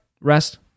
rest